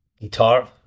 guitar